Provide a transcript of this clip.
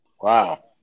Wow